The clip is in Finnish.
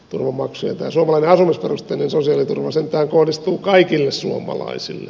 tämä suomalainen asumisperusteinen sosiaaliturva sentään kohdistuu kaikille suomalaisille